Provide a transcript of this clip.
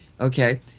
Okay